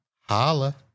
holla